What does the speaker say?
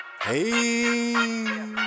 Hey